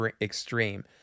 extreme